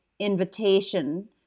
invitation